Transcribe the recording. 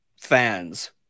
fans